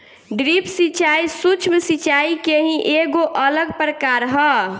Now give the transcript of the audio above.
drip सिंचाई, सूक्ष्म सिचाई के ही एगो अलग प्रकार ह